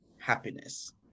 happiness